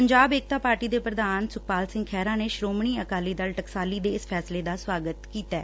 Punjab Ekta party ਦੇ ਪ੍ਰਧਾਨ ਸੁਖਪਾਲ ਸਿੰਘ ਖਹਿਰਾ ਨੇ ਸ੍ਰੋਮਣੀ ਅਕਾਲੀ ਦਲ ਟਕਸਾਲੀ ਦੇ ਇਸ ਫੈਸਲੇ ਦਾ ਸੁਆਗਤ ਕੀਤੈ